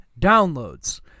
downloads